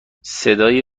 صدای